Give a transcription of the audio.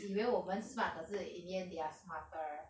以为我们 smart 可是 in the end they are smarter